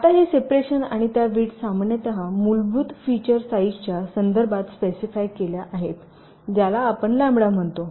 आता ही सेपरेशन आणि या विड्थ सामान्यत मूलभूत फिचर साईजच्या संदर्भात स्पेसिफाइ केल्या आहेत ज्याला आपण लॅम्बडा म्हणतो